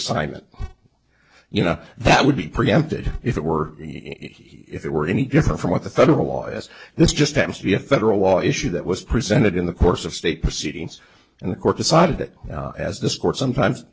assignment you know that would be preempted if it were he if there were any different from what the federal law is this just happens to be a federal law issue that was presented in the course of state proceedings and the court decided that as this court sometimes